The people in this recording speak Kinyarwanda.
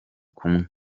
kumwe